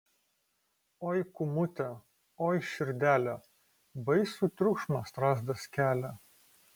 oi kūmute oi širdele baisų triukšmą strazdas kelia